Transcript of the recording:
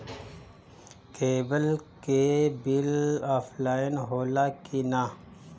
Cable के bill offline होला कि ना?